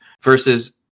versus